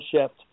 shift